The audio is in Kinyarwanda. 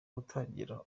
gutangira